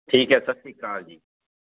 ਠੀਕ ਹੈ ਸਤਿ ਸ਼੍ਰੀ ਅਕਾਲ ਜੀ